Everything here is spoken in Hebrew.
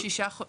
<< דובר_המשך >> מ': עם זאת,